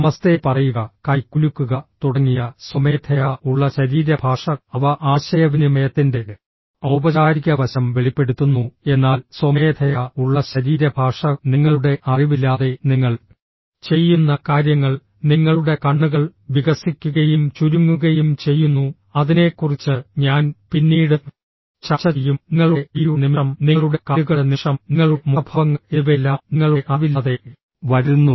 നമസ്തേ പറയുക കൈ കുലുക്കുക തുടങ്ങിയ സ്വമേധയാ ഉള്ള ശരീരഭാഷ അവ ആശയവിനിമയത്തിന്റെ ഔപചാരിക വശം വെളിപ്പെടുത്തുന്നു എന്നാൽ സ്വമേധയാ ഉള്ള ശരീരഭാഷ നിങ്ങളുടെ അറിവില്ലാതെ നിങ്ങൾ ചെയ്യുന്ന കാര്യങ്ങൾ നിങ്ങളുടെ കണ്ണുകൾ വികസിക്കുകയും ചുരുങ്ങുകയും ചെയ്യുന്നു അതിനെക്കുറിച്ച് ഞാൻ പിന്നീട് ചർച്ച ചെയ്യും നിങ്ങളുടെ കൈയുടെ നിമിഷം നിങ്ങളുടെ കാലുകളുടെ നിമിഷം നിങ്ങളുടെ മുഖഭാവങ്ങൾ എന്നിവയെല്ലാം നിങ്ങളുടെ അറിവില്ലാതെ വരുന്നു